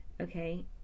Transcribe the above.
Okay